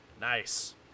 Nice